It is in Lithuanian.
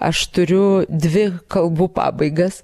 aš turiu dvi kalbų pabaigas